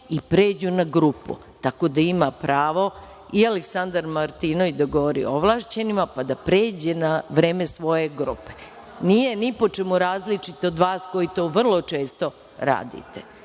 i pređu na grupu. Tako da ima pravo i Aleksandar Martinović da govori kao ovlašćeni pa da pređe na vreme svoje grupe. Nije ni po čemu različit od vas koji to vrlo često radite,